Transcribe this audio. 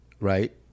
right